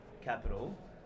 capital